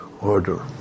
order